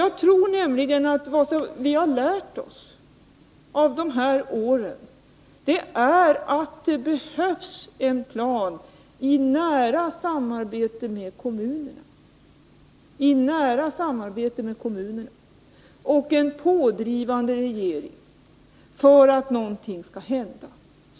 Jag tror nämligen att vad vi har lärt oss av de här åren är att det behövs en plan i nära samarbete med kommunerna och en pådrivande regering — för att någonting skall hända.